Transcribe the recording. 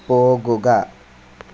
പോകുക